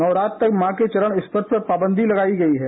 नवरात्रि तक माँ के चरण स्पर्श पर पावंदी लगाई गई है